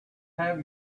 have